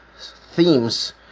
themes